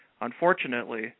Unfortunately